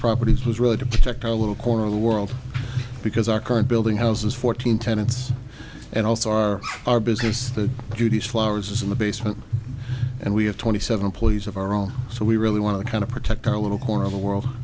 properties was really to protect our little corner of the world because our current building houses fourteen tenants and also our our business that judy's flowers is in the basement and we have twenty seven employees of our own so we really want to kind of protect our little corner of the world